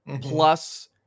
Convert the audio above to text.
plus